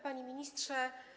Panie Ministrze!